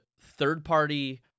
third-party